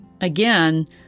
again